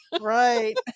Right